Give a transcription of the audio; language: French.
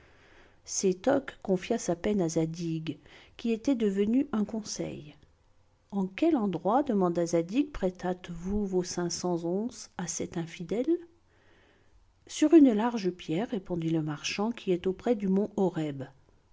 arabe sétoc confia sa peine à zadig qui était devenu son conseil en quel endroit demanda zadig prêtâtes vous vos cinq cents onces à cet infidèle sur une large pierre répondit le marchand qui est auprès du